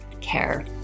care